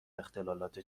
اختلالات